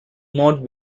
not